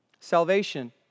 Salvation